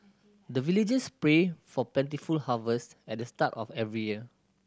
the villagers pray for plentiful harvest at the start of every year